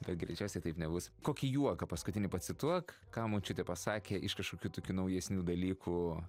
greičiausiai taip nebus kokį juoką paskutinį pacituok ką močiutė pasakė iš kažkokių tokių naujesnių dalykų